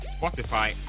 Spotify